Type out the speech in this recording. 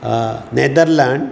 Netherlands